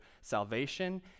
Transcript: salvation